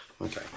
Okay